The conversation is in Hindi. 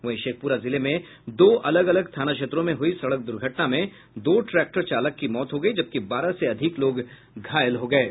वहीं शेखपुरा जिले में दो अलग अलग थाना क्षेत्रों में हुई सड़क दुर्घटना में दो ट्रैक्टर चालक की मौत हो गई जबकि बारह से अधिक लोग घायल हो गए हैं